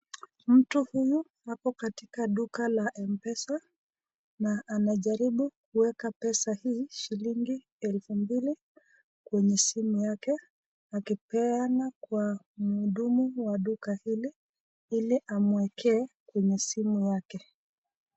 Mtu huyu ako katika duka la mpesa na anajaribu kuweka pesa hii shilingi elfu mbili kwenye simu yake akipeana kwa mhudumu wa duka hili ili amwekee kwenye simu yake.